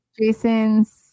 Jason's